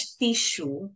tissue